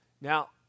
Now